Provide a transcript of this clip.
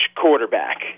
quarterback